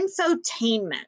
infotainment